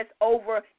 over